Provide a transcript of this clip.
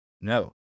No